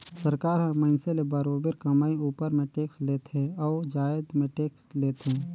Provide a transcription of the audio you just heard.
सरकार हर मइनसे ले बरोबेर कमई उपर में टेक्स लेथे अउ जाएत में टेक्स लेथे